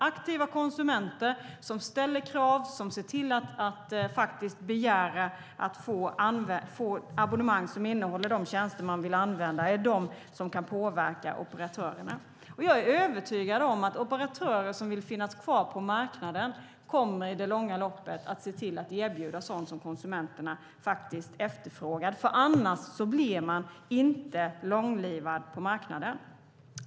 Aktiva konsumenter som ställer krav och begär att få abonnemang som innehåller de tjänster de vill använda är de som kan påverka operatörerna. Jag är övertygad om att operatörer som vill finnas kvar på marknaden i det långa loppet kommer att se till att erbjuda sådant som konsumenterna efterfrågar. Annars blir man inte långlivad på marknaden.